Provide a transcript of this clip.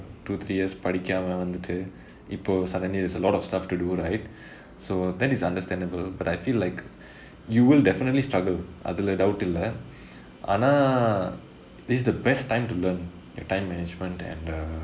two three years படிக்க வந்துட்டு இப்போ:padikka vanthuttu ippo suddenly there's a lot of stuff to do right so that is understandable but I feel like you will definitely struggle அதுலை:athulai doubt இல்லை ஆனால்:illai aanaal this is the best time to learn your time management and uh